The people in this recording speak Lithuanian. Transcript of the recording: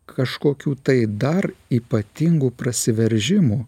kažkokių tai dar ypatingų prasiveržimų